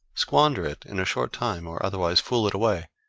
squander it in a short time, or otherwise fool it away,